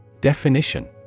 Definition